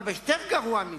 אבל גרוע מזה,